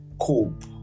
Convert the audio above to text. cope